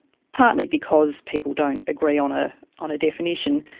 partly because people don't agree on ah on a definition,